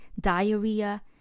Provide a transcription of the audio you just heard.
diarrhea